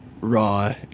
raw